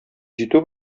җитү